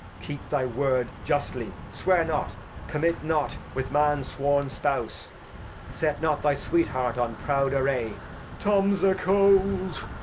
keep thy word justly swear not commit not with man's sworn spouse set not thy sweet heart on proud array tom's a cold.